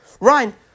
Ryan